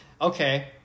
Okay